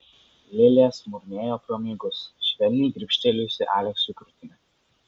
lilė sumurmėjo pro miegus švelniai gribštelėjusi aleksui krūtinę